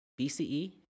BCE